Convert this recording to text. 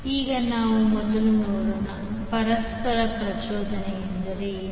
ಈಗ ನಾವು ಮೊದಲು ನೋಡೋಣ ಪರಸ್ಪರ ಪ್ರಚೋದನೆ ಏನು